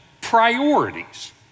priorities